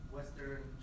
Western